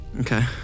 Okay